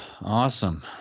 Awesome